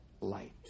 light